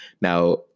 Now